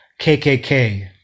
KKK